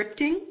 scripting